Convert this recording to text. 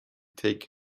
take